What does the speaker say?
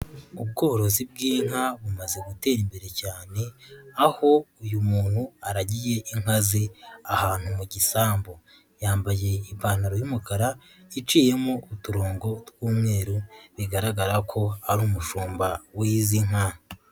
Ubworozi bw'inka bumaze gutera imbere cyane aho uyu muntu aragiye inka ze ahantu mu gisambu, yambaye ipantaro y'umukara iciyemo uturongo tw'umweru bigaragara ko ari umushumba w'izi nka.